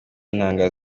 ntanga